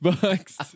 Bucks